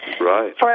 Right